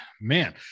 man